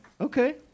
Okay